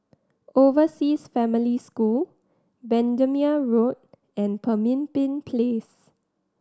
Overseas Family School Bendemeer Road and Pemimpin Place